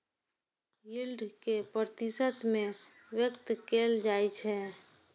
yield कें प्रतिशत मे व्यक्त कैल जाइ छै